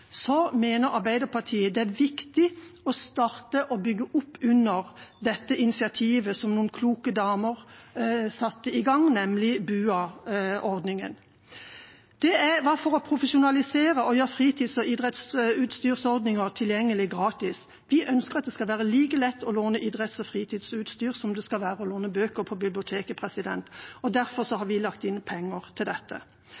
mener Arbeiderpartiet det er viktig å starte med å bygge opp under dette initiativet som noen kloke damer satte i gang, nemlig BUA-ordningen. Det var for å profesjonalisere og ha ordninger tilgjengelig som gjør lån av fritids- og idrettsutstyr gratis. Vi ønsker at det skal være like lett å låne idretts- og fritidsutstyr som det er å låne bøker på biblioteket, og derfor